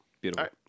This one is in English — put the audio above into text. Beautiful